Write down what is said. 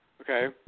Okay